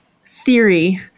theory